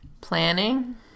Planning